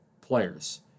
players